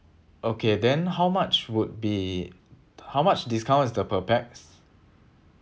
okay then how much would be how much discount is the per pax